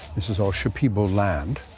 this is all shipibo land.